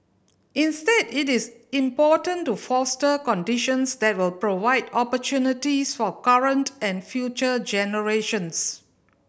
instead it is important to foster conditions that will provide opportunities for current and future generations